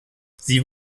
sie